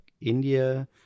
India